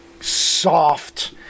soft